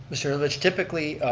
sir, that's typically